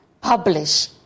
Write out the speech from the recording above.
publish